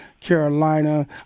Carolina